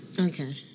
Okay